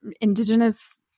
Indigenous